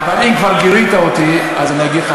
אבל אם כבר גירית אותי אז אני אגיד לך,